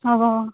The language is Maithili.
ओ